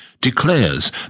declares